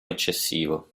eccessivo